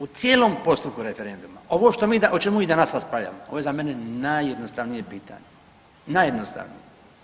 U cijelom postupku referenduma ovo o čemu mi danas raspravljamo ovo je za mene najjednostavnije pitanje, najjednostavnije.